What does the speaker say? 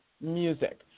music